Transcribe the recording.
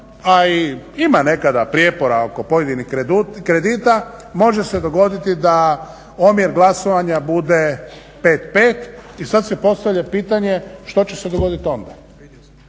a i ima nekada prijepora oko pojedinih kredita, može se dogoditi da omjer glasovanja bude 5:5 i sad se postavlja pitanje što će se dogoditi onda.